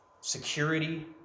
security